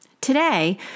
Today